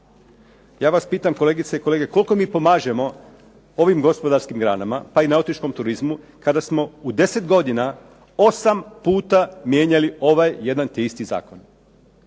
Ja vas pitam kolegice i kolege koliko mi pomažemo ovim gospodarskim granama pa i nautičkom turizmu kada smo u 10 godina osam puta mijenjali ovaj jedan te isti zakon?